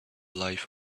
life